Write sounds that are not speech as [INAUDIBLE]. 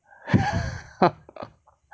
[LAUGHS]